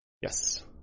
Yes